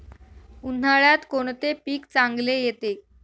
उन्हाळ्यात कोणते पीक चांगले येते?